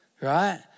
right